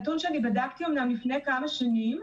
שבדקתי אומנם לפני כמה שנים,